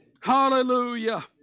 Hallelujah